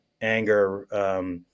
anger